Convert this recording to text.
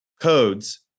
codes